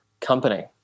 company